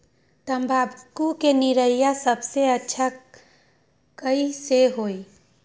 तम्बाकू के निरैया सबसे अच्छा कई से होई?